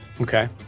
Okay